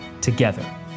together